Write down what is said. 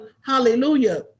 hallelujah